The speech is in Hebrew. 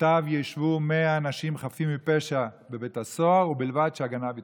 מוטב ישבו 100 אנשים חפים מפשע בבית הסוהר ובלבד שהגנב ייתפס,